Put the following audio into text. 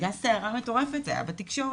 הייתה סערה מטורפת, זה היה בתקשורת.